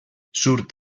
surt